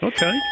Okay